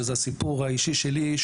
שזה הסיפור האישי שלי,